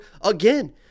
again